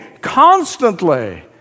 constantly